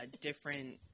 different